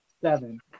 Seven